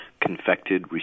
confected